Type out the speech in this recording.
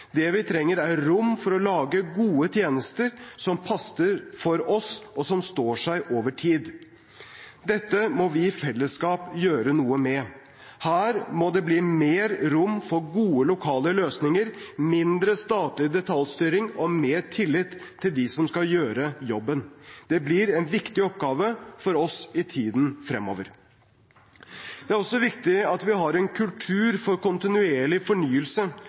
Det vi trenger, er rom for å lage gode tjenester som passer for oss, og som står seg over tid.» Dette må vi i fellesskap gjøre noe med. Her må det bli mer rom for gode lokale løsninger, mindre statlig detaljstyring og mer tillit til dem som skal gjøre jobben. Det blir en viktig oppgave for oss i tiden fremover. Det er også viktig at vi har en kultur for kontinuerlig fornyelse